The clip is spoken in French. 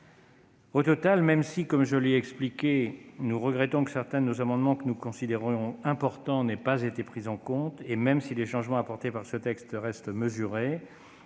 Au total, même si, comme je l'ai expliqué, nous regrettons que certains de nos amendements, que nous considérions importants, n'aient pas été pris en compte et même si les changements apportés par ce texte restent mesurés,